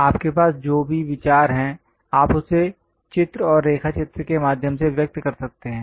आपके पास जो भी विचार हैं आप उसे चित्र और रेखाचित्र के माध्यम से व्यक्त करते हैं